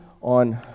on